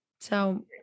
so-